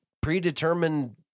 predetermined